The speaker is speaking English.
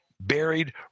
buried